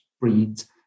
breeds